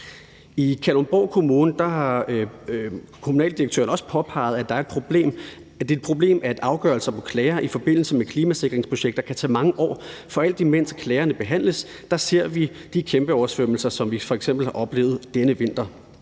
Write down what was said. I Kalundborg Kommune fra kommunaldirektøren også påpeget, at det er et problem, at afgørelser på klager i forbindelse med klimasikringsprojekter kan tage mange år, for alt imens klagerne behandles, ser vi de kæmpe oversvømmelser, som vi f.eks. har oplevet denne vinter.